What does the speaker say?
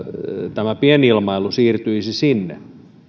tämä pienilmailu siirtyisi sinne